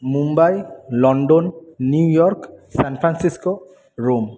Mumbai London New York San Francisco Rome